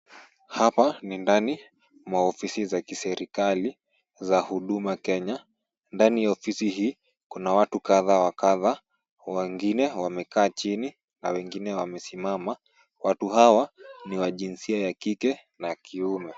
Hapa ni ndani mwa ofisi za serikali za huduma Kenya. Ndani ya ofisi hii kuna watu kadha wa kadha . Wengine wamekaa chini na wengine wamesimama. Watu hawa ni wa jinsia ya kike na kiume.